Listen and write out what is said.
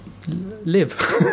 live